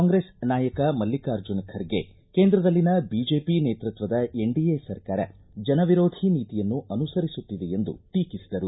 ಕಾಂಗ್ರೆಸ್ ನಾಯಕ ಮಲ್ಲಿಕಾರ್ಜುನ ಖರ್ಗೆ ಕೇಂದ್ರದಲ್ಲಿನ ಬಿಜೆಪಿ ನೇತೃತ್ವದ ಎನ್ಡಿಎ ಸರ್ಕಾರ ಜನವಿರೋಧಿ ನೀತಿಯನ್ನು ಅನುಸರಿಸುತ್ತಿದೆ ಎಂದು ಟೀಕಿಸಿದರು